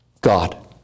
God